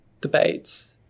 debates